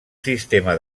sistema